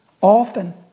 often